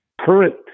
current